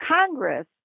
Congress